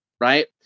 right